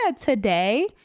today